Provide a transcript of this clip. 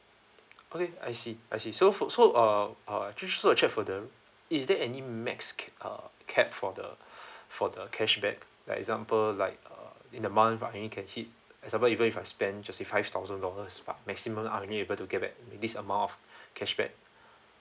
okay I see I see so for so uh just so to check for the is there any maximum uh capped for the for the cashback like example like uh in the month I only can hit example even if I spend let say five thousand dollars but maximum I only able to get back this amount of cashback